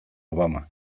obama